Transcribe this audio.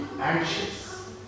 anxious